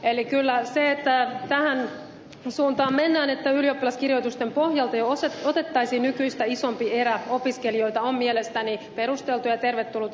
eli kyllä se että tähän suuntaan mennään että ylioppilaskirjoitusten pohjalta jo otettaisiin nykyistä isompi erä opiskelijoita on mielestäni perusteltu ja tervetullut askel